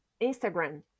Instagram